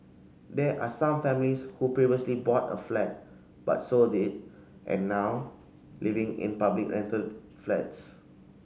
there are some families who previously bought a flat but sold it and now living in public rental flats